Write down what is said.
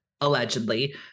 allegedly